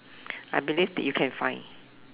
I believe that you can find